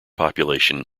population